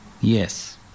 Yes